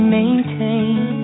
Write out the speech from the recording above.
maintain